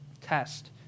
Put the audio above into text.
test